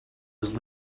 was